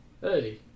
Hey